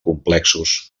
complexos